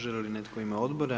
Želi li netko u ime odbora?